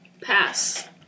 Pass